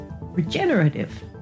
regenerative